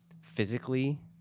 physically